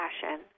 passion